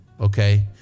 okay